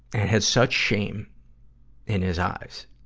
and has such shame in his eyes.